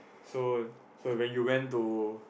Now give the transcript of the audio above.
so so when you went to